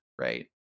right